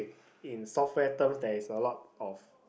in software terms there is a lot of